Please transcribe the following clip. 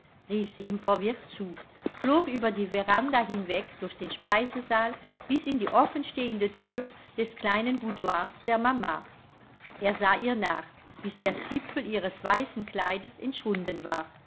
rief sie ihm verwirrt zu flog über die veranda hinweg durch den speisesaal bis in die offenstehende thür des kleinen boudoirs der mama er sah ihr nach bis der zipfel ihres weißen kleides entschwunden war